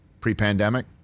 Pre-pandemic